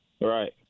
Right